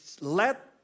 let